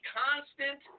constant